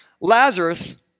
Lazarus